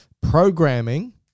programming